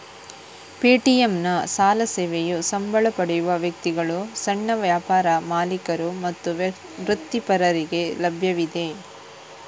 ಪೇಟಿಎಂನ ಸಾಲ ಸೇವೆಯು ಸಂಬಳ ಪಡೆಯುವ ವ್ಯಕ್ತಿಗಳು, ಸಣ್ಣ ವ್ಯಾಪಾರ ಮಾಲೀಕರು ಮತ್ತು ವೃತ್ತಿಪರರಿಗೆ ಲಭ್ಯವಿದೆ